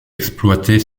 exploités